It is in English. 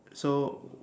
so